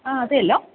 ആ അതെയല്ലോ